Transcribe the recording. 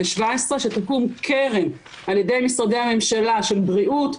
שתקום קרן על ידי משרדי הממשלה של בריאות,